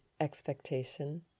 expectation